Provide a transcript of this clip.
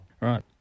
Right